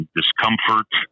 discomfort